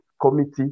committee